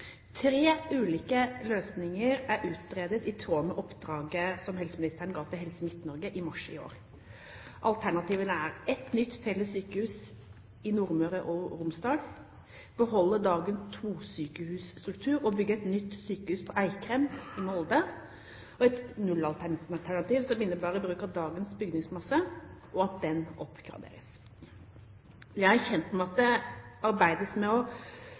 Tre ulike løsninger er utredet, i tråd med oppdraget som helseministeren ga til Helse Midt-Norge i mars i år. Alternativene er: ett nytt felles sykehus i Nordmøre og Romsdal beholde dagens to-sykehus-struktur og bygge nytt sykehus på Eikrem i Molde et nullalternativ, som innebærer bruk av dagens bygningsmasse, og at den oppgraderes Jeg er kjent med at det arbeides med